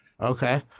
Okay